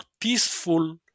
peaceful